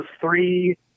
three